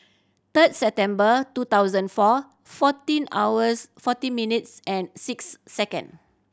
third September two thousand and four fourteen hours forty minutes and six second